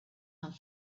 and